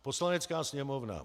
Poslanecká sněmovna